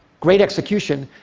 great execution,